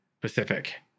Pacific